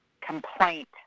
complaint